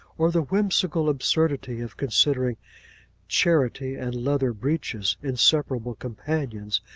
or the whimsical absurdity of considering charity and leather breeches inseparable companions,